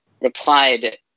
replied